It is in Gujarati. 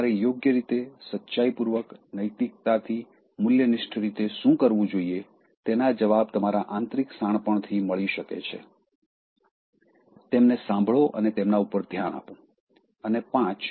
તમારે યોગ્ય રીતે સચ્ચાઈપૂર્વક નૈતિકતાથી મૂલ્યનિષ્ઠ રીતે શું કરવું જોઈએ તેના જવાબ તમારા આંતરિક શાણપણથી મળી શકે છે તેમને સાંભળો અને તેમના પર ધ્યાન આપો અને ૫